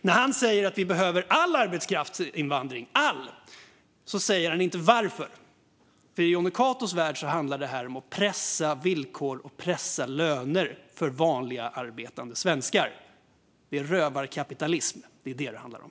När han säger att vi behöver all arbetskraftsinvandring säger han inte varför. I Jonny Catos värld handlar detta om att pressa villkor och löner för vanliga arbetande svenskar. Det är rövarkapitalism - det är vad det handlar om.